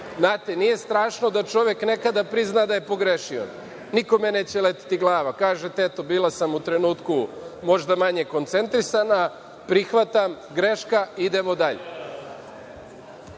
Nije strašno da čovek nekad prizna da je pogrešio. Nikome neće leteti glava da kažete – eto, bila sam u trenutku možda manje koncentrisana, prihvatam, greška, idemo dalje.